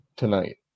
Tonight